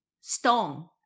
stone